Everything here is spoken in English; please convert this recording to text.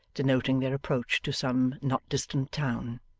denoting their approach to some not distant town.